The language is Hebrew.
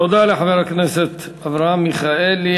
תודה לחבר הכנסת אברהם מיכאלי.